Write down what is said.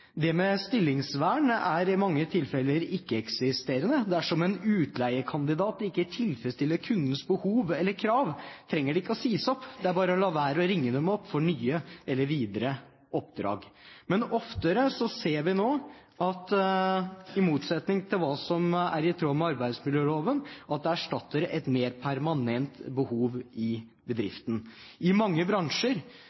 Det med stillingsvern er i mange tilfeller ikke-eksisterende. Dersom en utleiekandidat ikke tilfredsstiller kundens behov eller krav, trenger de ikke å sies opp, det er bare å la være å ringe dem opp for nye eller videre oppdrag. Men oftere nå ser vi, i motsetning til hva som er i tråd med arbeidsmiljøloven, at man erstatter et mer permanent behov i